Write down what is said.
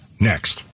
next